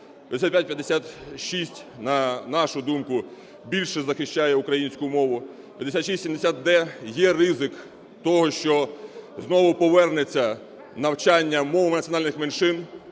5556, на нашу думку, більше захищає українську мову. 5670-д є ризик того, що знову повернеться в навчання мова національних меншин,